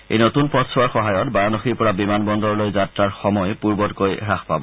এই নতূন পথছোৱাৰ সহায়ত বাৰানসীৰ পৰা বিমানবন্দৰলৈ যাত্ৰাৰ সময় পূৰ্বতকৈ যথেষ্ঠ হ্ৰাস পাব